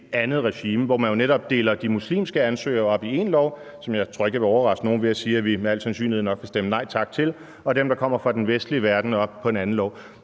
andet regime, hvor man jo netop deler ansøgerne op med de muslimske i én lov, som jeg ikke tror jeg vil overraske nogen ved at sige at vi med al sandsynlighed nok vil stemme nej tak til, og dem, der kommer fra den vestlige verden, i en anden lov.